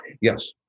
yes